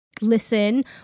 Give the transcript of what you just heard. listen